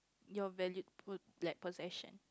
your valued po~ bleh possession